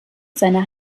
seiner